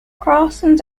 crossing